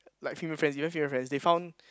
like female friends you know female friends they found